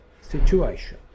situation